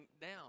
down